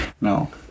No